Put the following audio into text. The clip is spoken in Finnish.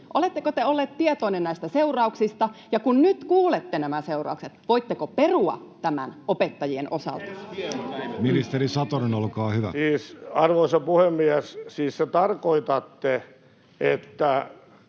Oletteko te olleet tietoinen näistä seurauksista? Ja kun nyt kuulette nämä seuraukset, voitteko perua tämän opettajien osalta? [Ben Zyskowicz: Miten asia on Oulussa?] Ministeri Satonen, olkaa hyvä. Arvoisa puhemies! Siis te tarkoitatte, että